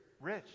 rich